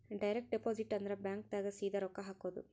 direct deposit ಅಂದ್ರ bank ದಾಗ ಸೀದಾ ರೊಕ್ಕ ಹಾಕೋದು